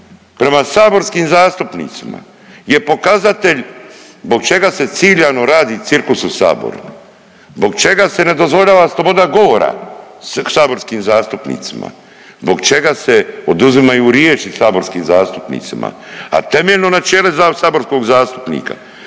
prema saborskim zastupnicima je pokazatelj zbog čega se ciljano radi cirkus u Saboru, zbog čega se ne dozvoljava sloboda govora saborskim zastupnicima, zbog čega se oduzimaju riječi saborskim zastupnicima. A temeljno načelo saborskog zastupnika